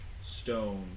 stone